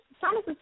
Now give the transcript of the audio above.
Thomas